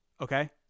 Okay